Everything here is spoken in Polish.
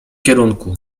kierunku